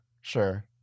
Sure